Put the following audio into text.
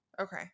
Okay